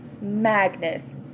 Magnus